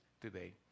today